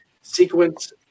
sequence